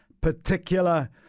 particular